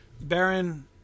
Baron